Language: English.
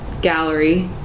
Gallery